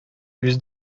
күз